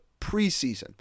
preseason